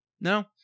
No